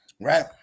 right